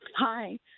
Hi